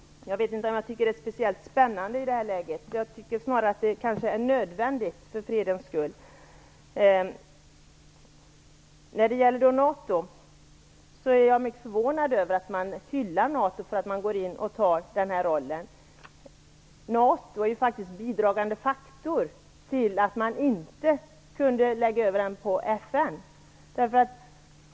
Jag vet inte om jag tycker att detta är speciellt spännande i detta läge. Det är snarare kanske nödvändigt för fredens skull. När det gäller NATO är jag mycket förvånad över att man hyllar NATO för att det går in och tar den här rollen. NATO var faktiskt en bidragande faktor till att man inte kunde lägga över detta på FN.